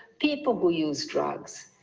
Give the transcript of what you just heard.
people who use drugs,